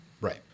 Right